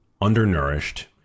undernourished